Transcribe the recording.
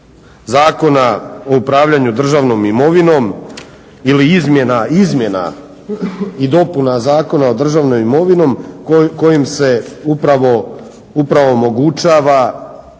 Zakona o upravljanju državnom imovinom ili izmjena izmjena i dopuna Zakona o državnoj imovini kojim se upravo omogućava ovo